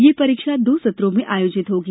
यह परीक्षा दो सत्रों में आयोजित होगी